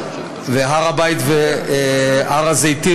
הר הבית והר הזיתים,